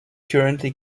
currently